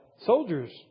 Soldiers